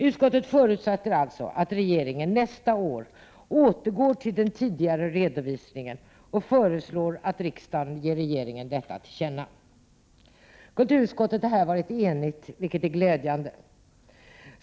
Utskottet förutsätter alltså att regeringen nästa år återgår till den tidigare redovisningen, och man föreslår att riksdagen ger regeringen detta till känna. Kulturutskottet har här varit enigt, vilket är glädjande.